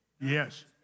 Yes